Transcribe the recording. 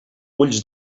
ulls